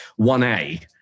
1A